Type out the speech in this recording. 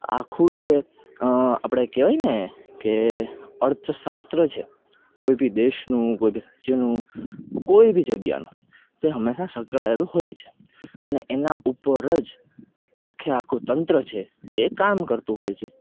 આખું જે આપણે કહેવાયને કે અર્થશાસ્ત્ર છે કોઈ બી દેશનું કોઈ બી રાજ્યનું કોઈ બી જગ્યાનું તે હંમેશાં સંકળાયેલું હોય છે અને આના ઉપર જ આખે આખું તંત્ર છે એ કામ કરતું હોય છે